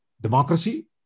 democracy